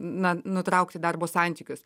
na nutraukti darbo santykius